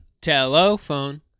Telephone